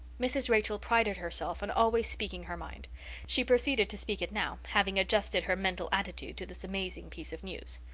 mrs. rachel prided herself on always speaking her mind she proceeded to speak it now, having adjusted her mental attitude to this amazing piece of news.